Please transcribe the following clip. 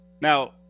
Now